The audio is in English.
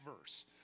verse